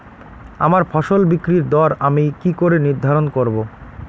আমার ফসল বিক্রির দর আমি কি করে নির্ধারন করব?